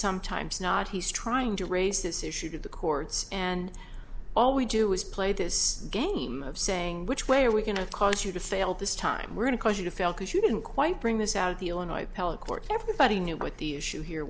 sometimes not he's trying to raise this issue to the courts and all we do is play this game of saying which way are we going to cause you to fail this time we're going to cause you to fail because you didn't quite bring this out of the illinois appellate court everybody knew what the issue here